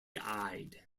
eyed